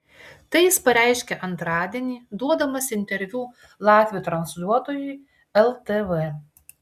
tai jis pareiškė antradienį duodamas interviu latvių transliuotojui ltv